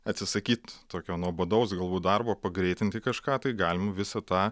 atsisakyt tokio nuobodaus galbūt darbo pagreitinti kažką tai galim visą tą